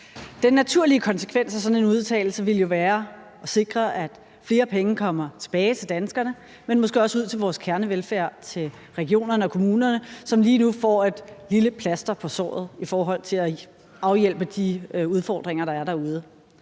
Den naturlige konsekvens af sådan en udtalelse ville jo være at sikre, at flere penge kommer tilbage til danskerne, måske også ud til vores kernevelfærd, til regionerne og kommunerne, som lige nu får et lille plaster på såret til at afhjælpe de udfordringer, der er derude.